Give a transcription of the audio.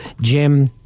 Jim